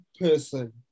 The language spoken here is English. person